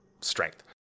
strength